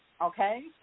Okay